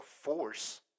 force